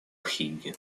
хигги